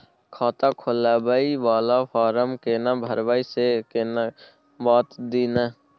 खाता खोलैबय वाला फारम केना भरबै से कनी बात दिय न?